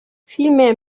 vielmehr